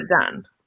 done